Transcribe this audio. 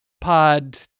pod